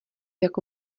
jako